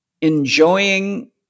enjoying